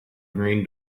green